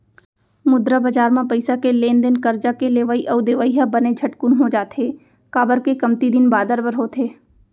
मुद्रा बजार म पइसा के लेन देन करजा के लेवई अउ देवई ह बने झटकून हो जाथे, काबर के कमती दिन बादर बर होथे